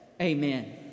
Amen